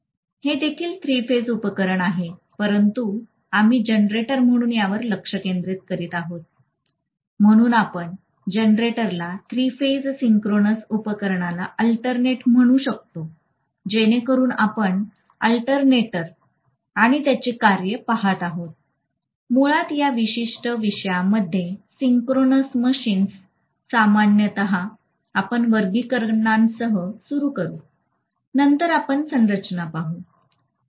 हे देखील three phase उपकरण आहे परंतु आम्ही जनरेटर म्हणून यावर लक्ष केंद्रित करीत आहोत म्हणून आपण जनरेटर ला थ्री फेज सिंक्रोनस उपकरणला अल्टरनेटर म्हणून म्हणू शकतो जेणेकरून आपण अल्टरनेटर आणि त्याचे कार्य पाहत आहोत मुळात या विशिष्ट विषयामध्ये सिंक्रोनस मशीन्स सामान्यत आपण वर्गीकरणासह सुरू करू नंतर आपण संरचना पाहू